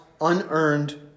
unearned